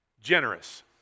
Generous